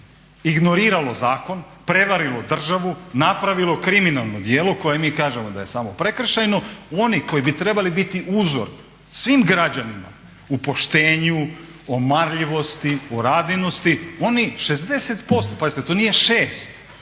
ignoriralo zakon, prevarilo državu, napravilo kriminalno djelo koje mi kažemo da je samo prekršajno. Oni koji bi trebali biti uzor svim građanima u poštenju, u marljivosti, u radinosti oni 60%, pazite to nije 6,